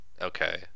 Okay